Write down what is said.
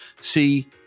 see